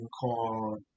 called